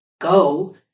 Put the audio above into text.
Go